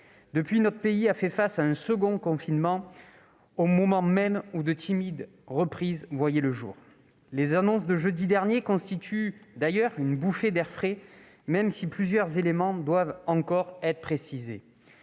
Depuis lors, notre pays a fait face à un second confinement, au moment même où de timides reprises voyaient le jour. Les annonces de jeudi dernier constituent une bouffée d'air frais, même si plusieurs éléments doivent encore être précisés.